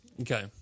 Okay